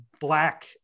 black